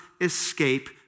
escape